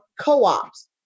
co-ops